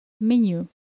menu